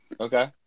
Okay